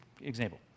example